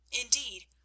Indeed